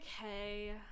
Okay